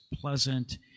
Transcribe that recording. pleasant